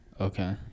Okay